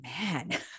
man